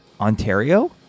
Ontario